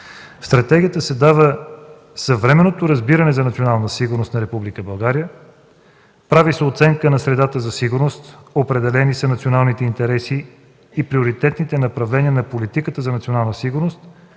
стратегията се дава съвременното разбиране за национална сигурност на Република България, прави се оценка на средата за сигурност, определени са националните интереси и приоритетните направления на политиката за национална сигурност